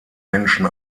menschen